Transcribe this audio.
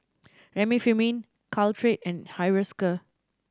Remifemin Caltrate and Hiruscar